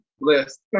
list